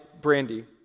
Brandy